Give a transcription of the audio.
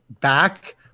back